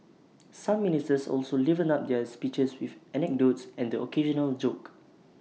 some ministers also livened up their speeches with anecdotes and the occasional joke